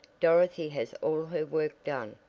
dorothy has all her work done,